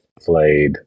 Played